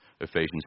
Ephesians